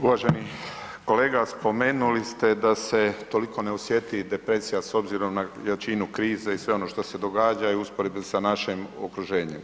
Uvaženi kolega spomenuli ste da se toliko ne osjeti depresija s obzirom na jačinu krize i sve ono što se događa i usporedbi sa našim okruženjem.